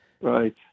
Right